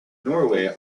norway